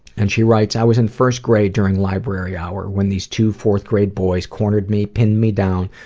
and she writes, i was in first grade during library hour when these two fourth grade boys cornered me, pinned me down,